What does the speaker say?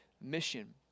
mission